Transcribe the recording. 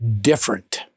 different